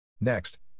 Next